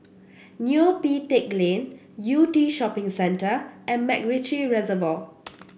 Neo Pee Teck Lane Yew Tee Shopping Centre and MacRitchie Reservoir